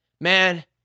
man